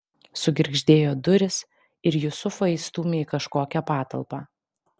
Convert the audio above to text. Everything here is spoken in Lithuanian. sugirgždėjo durys ir jusufą įstūmė į kažkokią patalpą